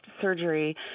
surgery